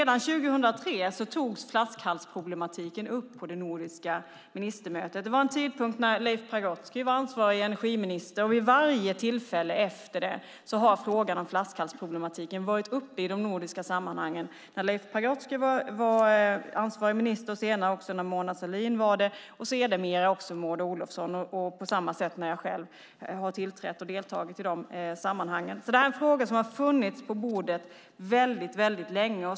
Redan 2003 togs flaskhalsproblematiken upp på det nordiska ministermötet. Då var Leif Pagrotsky ansvarig energiminister. Vid varje tillfälle därefter har frågan om flaskhalsproblematiken varit uppe i de nordiska sammanhangen. Så var det när Leif Pagrotsky var ansvarig minister, senare när Mona Sahlin var det och sedermera när Maud Olofsson var det och nu också när jag har tillträtt. Det är frågor som har funnits på bordet väldigt länge.